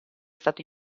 stato